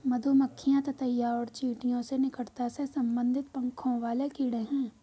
मधुमक्खियां ततैया और चींटियों से निकटता से संबंधित पंखों वाले कीड़े हैं